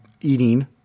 eating